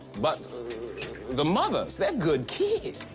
but the mothers, they're good kids.